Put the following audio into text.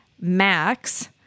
Max